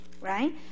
right